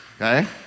Okay